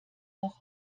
noch